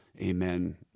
Amen